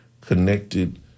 connected